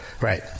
right